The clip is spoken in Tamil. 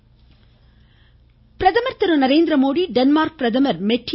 பிரதமர் பிரதமர் திருநரேந்திரமோடி டென்மார்க் பிரதமர் மெட்டி